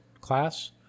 class